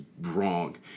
wrong